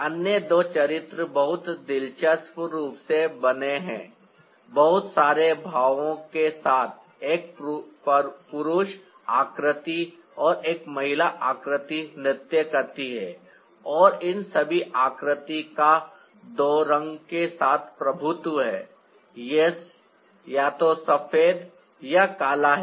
अन्य दो चरित्र बहुत दिलचस्प रूप से बने हैं बहुत सारे भावों के साथ एक पुरुष आकृति और एक महिला आकृति नृत्य करती है और इन सभी आकृति का दो रंगों के साथ प्रभुत्व है यह या तो सफेद या काला है